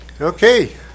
okay